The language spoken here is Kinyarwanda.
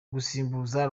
gusimbuza